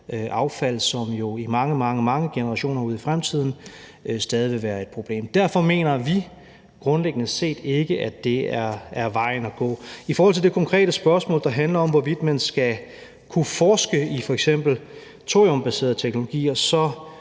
affald, som jo i mange, mange generationer ude i fremtiden stadig vil være et problem. Derfor mener vi grundlæggende set ikke, at det er vejen at gå. I forhold til det konkrete spørgsmål, der handler om, hvorvidt man skal kunne forske i f.eks. thoriumbaserede teknologier, er